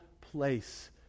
place